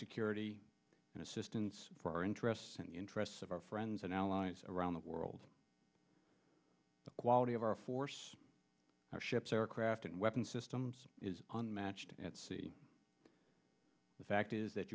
security and assistance for our interests and interests of our friends and allies around the world the quality of our force our ships aircraft and weapons systems is unmatched at sea the fact is that